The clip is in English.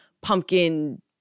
pumpkin